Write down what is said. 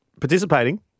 Participating